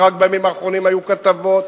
ורק בימים האחרונים היו כתבות,